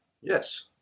Yes